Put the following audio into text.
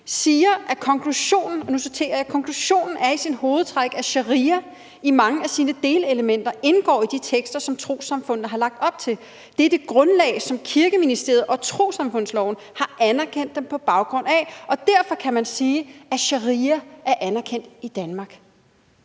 jeg: »Konklusionen er i sine hovedtræk, at sharia i mange af sine delelementer indgår i de tekster, som trossamfundene har lagt op til. Det er det grundlag, som Kirkeministeriet og trossamfundsloven har anerkendt dem på baggrund af, og derfor kan man sige, at sharia er anerkendt i Danmark«.